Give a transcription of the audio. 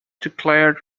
declared